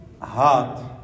heart